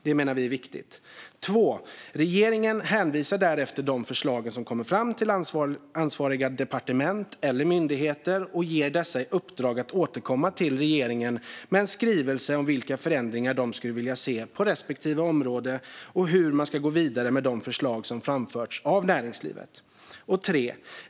Det menar vi är viktigt. Regeringen hänvisar därefter de förslag som kommer fram till ansvariga departement eller myndigheter och ger dessa i uppdrag att återkomma till regeringen med en skrivelse om vilka förändringar de skulle vilja se på respektive område och hur man ska gå vidare med de förslag som framförts av näringslivet.